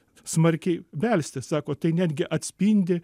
smarkiai belsti sako tai netgi atspindi